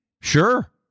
Sure